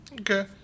okay